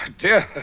dear